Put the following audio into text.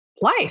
life